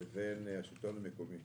לבין השלטון המקומי.